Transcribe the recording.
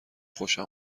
خوشم